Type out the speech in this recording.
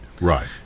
Right